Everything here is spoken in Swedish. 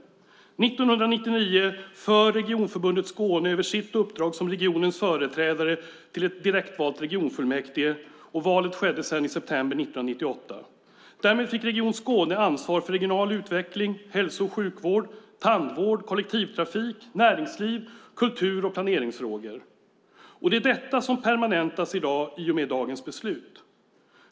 År 1999 för Regionförbundet Skåne över sitt uppdrag som regionens företrädare till ett direktvalt regionfullmäktige. Valet skedde i september 1998. Därmed fick Region Skåne ansvar för regional utveckling, hälso och sjukvård, tandvård, kollektivtrafik, näringsliv, kultur och planeringsfrågor. Det är detta som permanentas i och med dagens beslut.